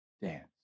dance